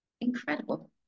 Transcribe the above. Incredible